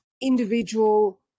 individual